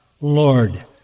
Lord